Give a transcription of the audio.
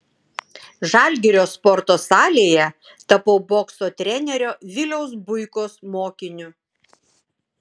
žalgirio sporto salėje tapau bokso trenerio viliaus buikos mokiniu